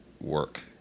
work